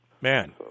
man